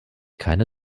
keine